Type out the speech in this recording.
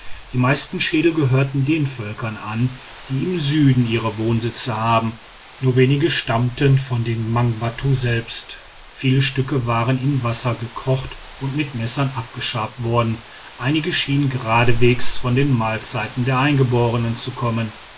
die meisten schädel gehörten den völkern an die im süden ihre wohnsitze haben nur wenige stammten von den mangbattu selbst viele stücke waren in wasser gekocht und mit messern abgeschabt worden einige schienen geradewegs von den mahlzeiten der eingeborenen zu kommen